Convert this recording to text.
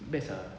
best ah